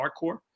hardcore